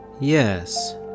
Yes